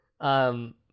Um-